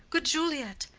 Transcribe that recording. good juliet.